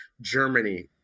Germany